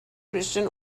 christian